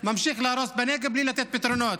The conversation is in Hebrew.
ממשיך להרוס בנגב בלי לתת פתרונות.